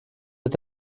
mit